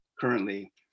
currently